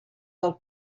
del